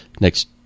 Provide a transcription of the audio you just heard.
next